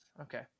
Okay